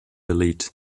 elite